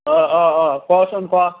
অ' অ' অ' ক'চোন ক'